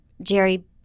Jerry